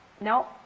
no